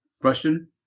Question